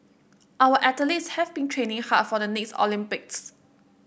our athletes have been training hard for the next Olympics